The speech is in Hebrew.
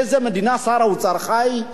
באיזה מדינה שר האוצר חי?